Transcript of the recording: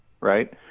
right